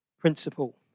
principle